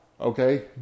okay